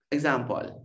Example